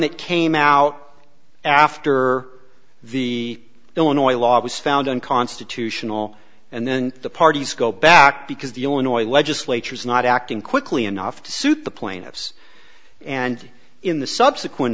that came out after the illinois law was found unconstitutional and then the parties go back because the illinois legislature is not acting quickly enough to suit the plaintiffs and in the subsequent